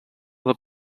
del